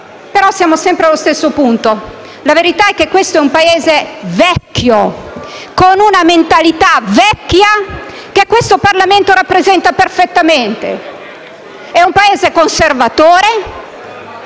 ma siamo sempre allo stesso punto. La verità è che questo è un Paese vecchio, con una mentalità vecchia, che questo Parlamento rappresenta perfettamente. È un Paese conservatore,